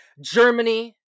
germany